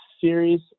series